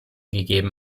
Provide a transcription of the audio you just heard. gegeben